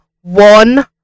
one